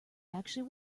actually